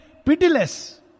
pitiless